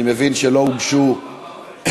אני מבין שלא נרשמו דוברים,